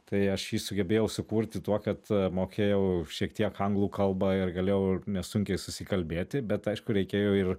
tai aš jį sugebėjau sukurti tuo kad mokėjau šiek tiek anglų kalbą ir galėjau nesunkiai susikalbėti bet aišku reikėjo ir